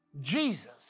Jesus